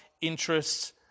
interests